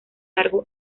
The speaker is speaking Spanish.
largo